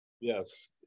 Yes